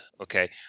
okay